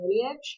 lineage